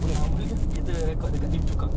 ah boleh jer kita record dekat lim chu kang